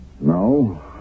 No